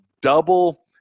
double